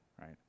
right